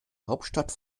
hauptstadt